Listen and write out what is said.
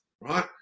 right